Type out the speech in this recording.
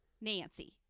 Nancy